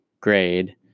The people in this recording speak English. grade